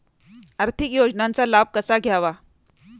आर्थिक योजनांचा लाभ कसा घ्यावा?